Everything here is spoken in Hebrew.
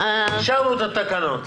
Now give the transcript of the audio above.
אישרנו את התקנות.